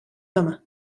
home